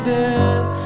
death